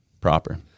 proper